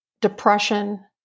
depression